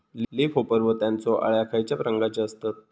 Leaf hopper व त्यानचो अळ्या खैचे रंगाचे असतत?